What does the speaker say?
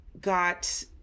got